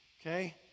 okay